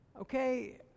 Okay